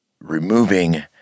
removing